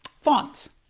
fonts.